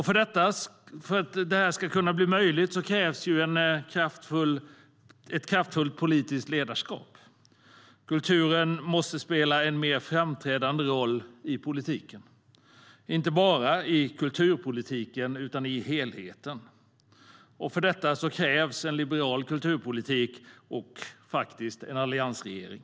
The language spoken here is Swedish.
För att detta ska bli möjligt krävs ett kraftfullt politiskt ledarskap. Kulturen måste spela en mer framträdande roll i politiken, inte bara i kulturpolitiken utan i helheten. För detta krävs en liberal kulturpolitik och, faktiskt, en alliansregering.